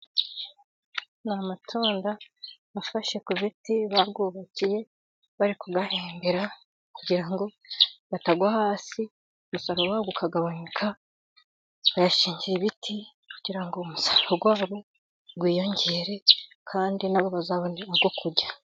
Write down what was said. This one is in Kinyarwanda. Ni amatunda afashe ku biti bayubakiye bari kuyahingira, kugira ngo atagwa hasi umusaruro wayo ukagabanuka, bayashingiye ibiti, kugira ngo umusaruro wayo wiyongere kandi nabo bazabone ayo kurya.